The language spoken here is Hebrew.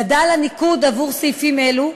גדל הניקוד עבור סעיפים אלו,